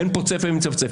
אין פוצה פה ומצפצף.